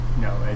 No